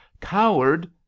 coward